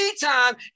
time